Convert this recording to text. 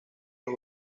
los